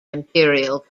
imperial